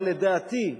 לדעתי,